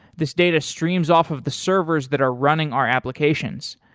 this data streams off of the servers that are running our applications.